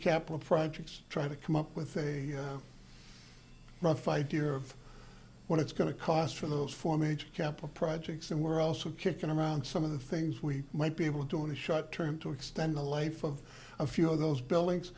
capital projects trying to come up with a rough idea of what it's going to cost from those four major capital projects and we're also kicking around some of the things we might be able to do in the short term to extend the life of a few of those buildings